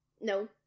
No